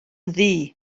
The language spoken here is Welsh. ddu